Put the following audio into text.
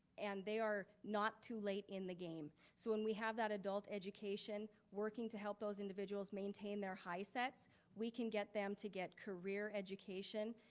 and they are not too late in the game. so when we have that adult education working to help those individuals maintain their hisets, we can get them to get career education,